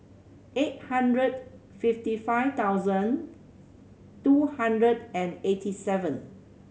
eight hundred fifty five thousand two hundred and eighty seven